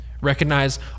Recognize